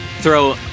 throw